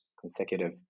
consecutive